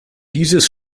dieses